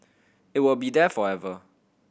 it will be there forever